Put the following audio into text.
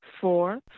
four